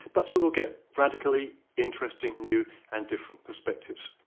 but you will get radically interesting new and different perspectives.